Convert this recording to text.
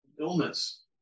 illness